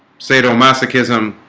sadomasochism